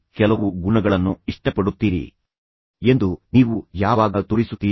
ನೀವು ಯಾರಲ್ಲಾದರೂ ಕೆಲವು ಗುಣಗಳನ್ನು ಇಷ್ಟಪಡುತ್ತೀರಿ ಎಂದು ನೀವು ಯಾವಾಗ ತೋರಿಸುತ್ತೀರಿ